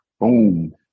boom